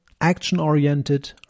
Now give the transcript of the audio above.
action-oriented